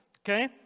okay